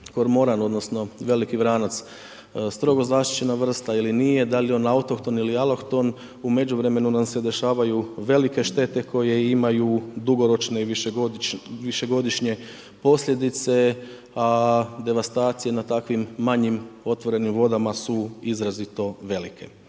kormoran odnosno veliki vranac strogo zaštićena vrsta ili nije, da li je on autohton ili alohton, u međuvremenu nam se događaju velike štete koje imaju dugoročne i višegodišnje posljedice, a devastacija na takvim manjim otvorenim vodama su izrazito velike.